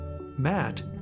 Matt